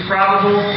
probable